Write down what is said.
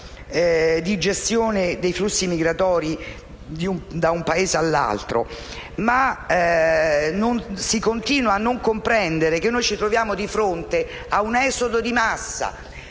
di gestione dei flussi migratori da un Paese all'altro. Si continua a non comprendere che ci troviamo di fronte a un esodo di massa